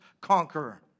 conqueror